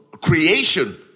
creation